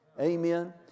amen